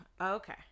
Okay